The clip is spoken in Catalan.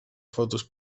fotos